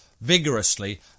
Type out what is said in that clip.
vigorously